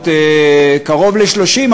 בת קרוב ל-30,